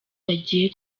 bagiye